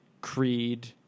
Creed